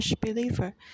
believer